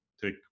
take